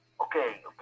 okay